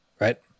right